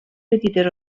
petites